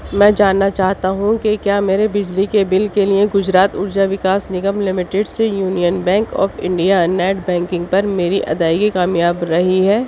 میں جاننا چاہتا ہوں کہ کیا میرے بجلی کے بل کے لیے گجرات ارجا وکاس نگم لمیٹڈ سے union bank of India net banking پر میری ادائیگی کامیاب رہی ہے